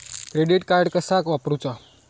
Credit card कसा वापरूचा?